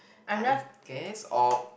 I guess or